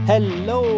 Hello